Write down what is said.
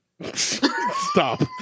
Stop